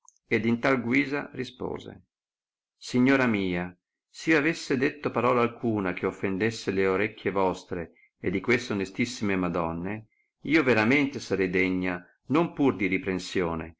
ed in tal guisa rispose signora mia s'io avesse detto parola alcuna che offendesse le orecchie vostre e di queste onestissime madonne io veramente sarei degna non pur di riprensione